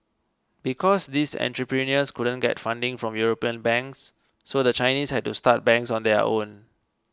because these entrepreneurs couldn't get funding from European banks so the Chinese had to start banks on their own